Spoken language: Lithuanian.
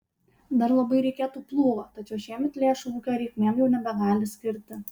dar labai reikėtų plūgo tačiau šiemet lėšų ūkio reikmėm jau nebegali skirti